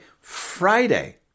Friday